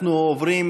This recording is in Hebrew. אנחנו עוברים,